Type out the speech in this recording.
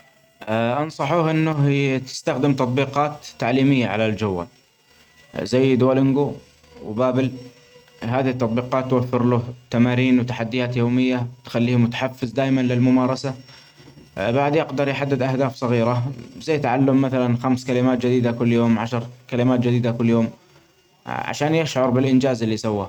أ أنصحه يي- تستخدم تطبيقات تعليمية علي الجوال ، زي دول لنجو وبابل ، هذي التطبيقات توفر له تمارين وتحديات يومية تخليه متحفز دايما للممارسة ، بعد يقدر يحدد اهداف صغيرة زي تعلم مثلا خمس كلمات جيدة كل يوم عشر كلمات جديدة كل يوم ع-عشان يشعر باإنجاز اللي سواه.